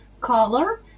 color